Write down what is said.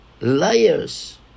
liars